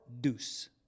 deuce